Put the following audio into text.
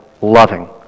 loving